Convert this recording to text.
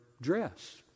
dress